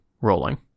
rolling